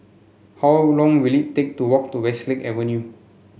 how long will it take to walk to Westlake Avenue